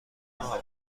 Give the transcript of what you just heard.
ماه